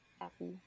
happy